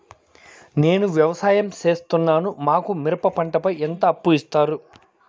నేను వ్యవసాయం సేస్తున్నాను, మాకు మిరప పంటపై ఎంత అప్పు ఇస్తారు